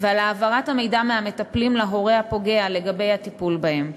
ועל העברת המידע מהמטפלים להורה הפוגע לגבי הטיפול בהם.